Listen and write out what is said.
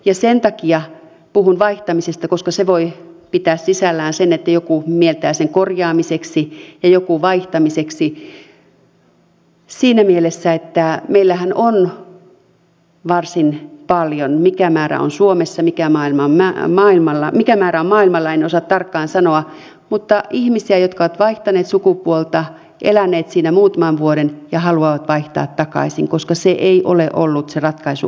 ja sen takia puhun vaihtamisesta koska se voi pitää sisällään sen että joku mieltää sen korjaamiseksi ja joku vaihtamiseksi siinä mielessä että meillähän on varsin paljon mikä määrä on suomessa mikä määrä on maailmalla en osaa tarkkaan sanoa ihmisiä jotka ovat vaihtaneet sukupuolta eläneet siinä muutaman vuoden ja haluavat vaihtaa takaisin koska se ei ole ollut se ratkaisu ongelmiin